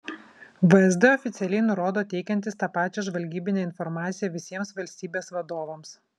vsd oficialiai nurodo teikiantis tą pačią žvalgybinę informaciją visiems valstybės vadovams